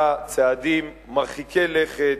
ולאור העובדה שאני חושב שראש הממשלה עשה צעדים מרחיקי לכת,